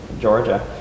georgia